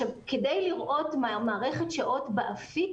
כדי לראות מערכת שעות באפיק